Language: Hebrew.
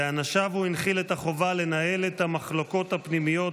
לאנשיו הוא הנחיל את החובה לנהל את המחלוקות הפנימיות